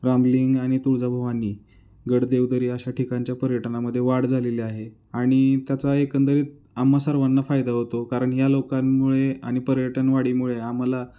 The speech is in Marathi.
रामलिंग आणि तुळजाभवानी गड देव दरी अशा ठिकाणच्या पर्यटनामध्ये वाढ झालेली आहे आणि त्याचा एकंदरीत आम्हा सर्वांना फायदा होतो कारण या लोकांमुळे आणि पर्यटनवाढीमुळे आम्हाला